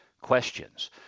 questions